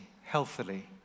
healthily